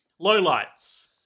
Lowlights